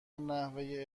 نحوه